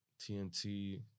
TNT